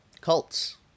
cults